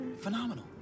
phenomenal